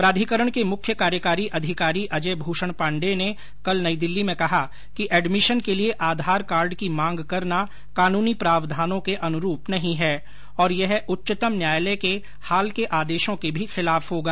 प्राधिकरण के मुख्य कार्यकारी अधिकारी अजय भूषण पाण्डेय ने कल नई दिल्ली में कहा कि एडमिशन के लिए आधार कार्ड की मांग करना कानूनी प्रावधानों के अनुरूप नहीं है और यह उच्चतम न्यायालय के हाल के आदेश के भी खिलाफ होगा